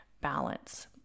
balance